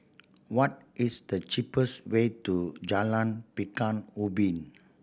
what is the cheapest way to Jalan Pekan Ubin